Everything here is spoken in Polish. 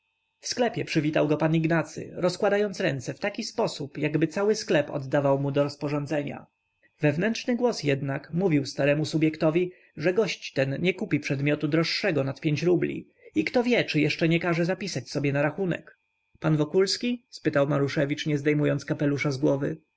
w sklepie przywitał go pan ignacy rozkładając ręce w taki sposób jakby cały sklep oddawał mu do rozporządzenia wewnętrzny głos jednak mówił staremu subjektowi że gość ten nie kupi przedmiotu droższego nad pięć rubli i kto wie czy jeszcze nie każe zapisać sobie na rachunek pan wokulski spytał maruszewicz nie zdejmując kapelusza z głowy